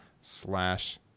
slash